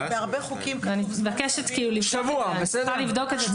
אני צריכה לבדוק את זה.